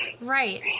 Right